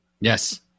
Yes